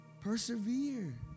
Persevere